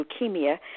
leukemia